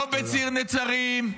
לא בציר נצרים.